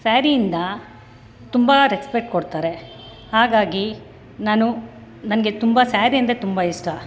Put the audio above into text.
ಸ್ಯಾರಿಯಿಂದ ತುಂಬ ರೆಕ್ಸ್ಪೆಕ್ಟ್ ಕೊಡ್ತಾರೆ ಹಾಗಾಗಿ ನಾನು ನನಗೆ ತುಂಬ ಸ್ಯಾರಿ ಅಂದರೆ ತುಂಬ ಇಷ್ಟ